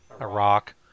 Iraq